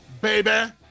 baby